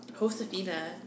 Josefina